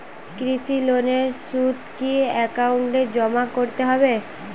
কৃষি লোনের সুদ কি একাউন্টে জমা করতে হবে?